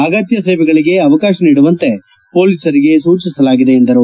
ಅಗತ್ಯ ಸೇವೆಗಳಿಗೆ ಅವಕಾಶ ನೀಡುವಂತೆ ಪೊಲೀಸರಿಗೆ ಸೂಚಿಸಲಾಗಿದೆ ಎಂದರು